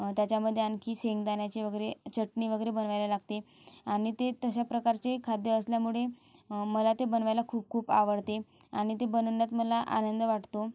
त्याच्यामध्ये आणखी शेंगदाण्याचे वगैरे चटणी वगैरे बनवायला लागते आणि ते तशाप्रकारचे खाद्य असल्यामुळे मला ते बनवायला खूप खूप आवडते आणि ते बनविण्यात मला आनंद वाटतो